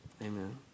Amen